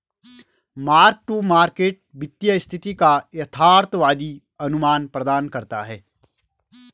mark to market वित्तीय स्थिति का यथार्थवादी अनुमान प्रदान करता है